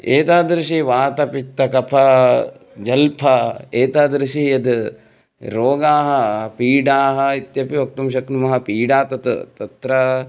एतादृशी वातपित्तकफ जल्प एतादृशाः यद् रोगाः पीडाः इत्यपि वक्तुं शक्नुमः पीडा तत् तत्र